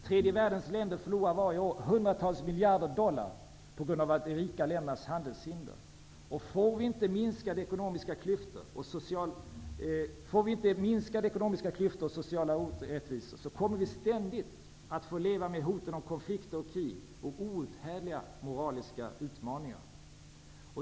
Tredje världens länder förlorar varje år hundratals miljarder dollar på grund av de rika ländernas handelshinder. Om vi inte får minskade ekonomiska klyftor och sociala orättvisor kommer vi ständigt att få leva med hoten om konflikter och krig och med outhärdliga moraliska utmaningar.